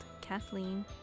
Kathleen